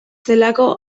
zelako